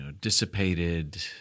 dissipated